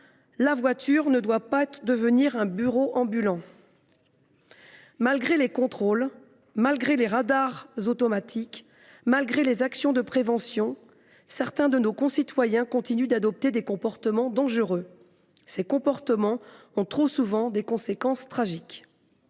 la voiture ne doit pas devenir un bureau ambulant. Malgré les contrôles, malgré les radars automatiques, malgré les actions de prévention, certains de nos concitoyens continuent d’adopter des comportements dangereux, qui ont trop souvent des conséquences tragiques.